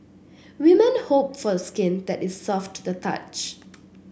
women hope for skin that is soft to the touch